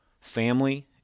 family